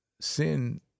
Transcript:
sin